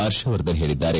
ಪರ್ಷವರ್ಧನ್ ಹೇಳಿದ್ದಾರೆ